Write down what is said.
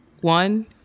one